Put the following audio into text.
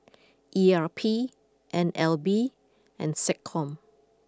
E R P N L B and SecCom